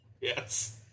Yes